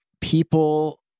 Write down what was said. people